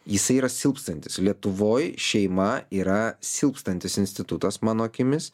jisai yra silpstantis lietuvoj šeima yra silpstantis institutas mano akimis